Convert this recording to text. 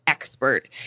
Expert